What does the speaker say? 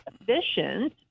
efficient